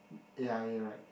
A_I_A right